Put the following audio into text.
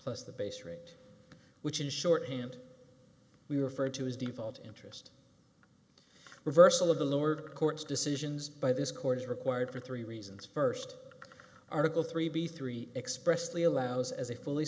plus the base rate which in short hand we referred to is default interest reversal of the lower court's decisions by this court is required for three reasons first article three b three expressly allows as a fully